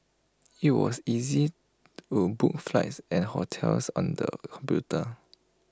IT was easy to book flights and hotels on the computer